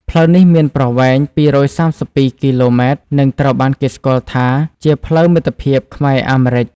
ផ្លូវនេះមានប្រវែង ២៣២ គីឡូម៉ែត្រ និងត្រូវបានគេស្គាល់ថាជា "ផ្លូវមិត្តភាពខ្មែរ-អាមេរិក"។